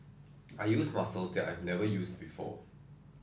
I used muscles that I've never used before